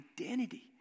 identity